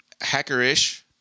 hacker-ish